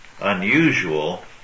unusual